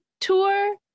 tour